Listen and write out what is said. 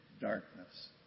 darkness